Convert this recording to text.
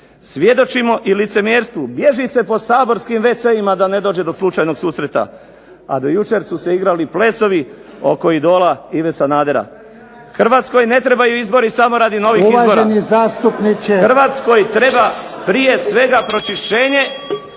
svjedočimo i licemjerstvu. Bježi se po saborskim wc-ima da ne dođe do slučajnog susreta, a do jučer su se igrali plesovi oko idola Ive Sanadera. Hrvatskoj ne trebaju izbori samo radi novih izbora **Jarnjak, Ivan